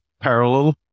parallel